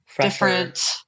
different